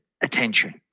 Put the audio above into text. attention